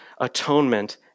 atonement